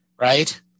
right